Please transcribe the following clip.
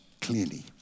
clearly